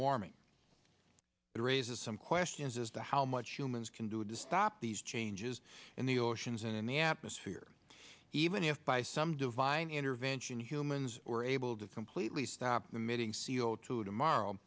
warming that raises some questions as to how much humans can do to stop these changes in the oceans and in the atmosphere even if by some divine intervention humans were able to completely stop emitting c o two tomorrow